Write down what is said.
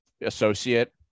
associate